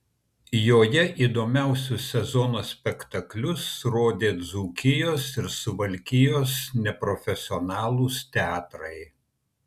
joje įdomiausius sezono spektaklius rodė dzūkijos ir suvalkijos neprofesionalūs teatrai